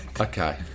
Okay